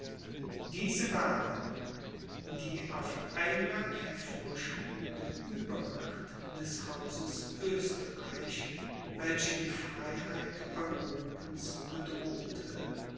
diese waren die auf einmal hervorspringende uebermacht des hauses oesterreich welche die freiheit europens bedrohte